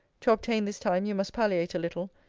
to obtain this time, you must palliate a little,